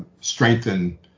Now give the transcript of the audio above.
strengthen